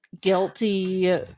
guilty